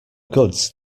goods